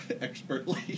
Expertly